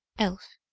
elf.